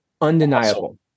undeniable